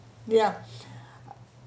yup